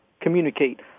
communicate